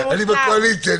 אני בקואליציה.